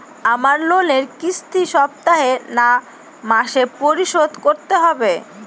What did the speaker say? আমার লোনের কিস্তি সপ্তাহে না মাসে পরিশোধ করতে হবে?